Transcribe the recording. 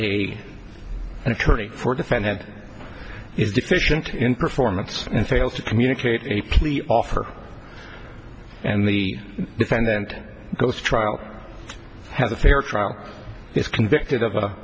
an attorney for defendant is deficient in performance and fails to communicate a plea offer and the defendant goes to trial has a fair trial if convicted of a